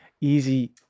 easy